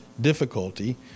difficulty